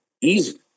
easy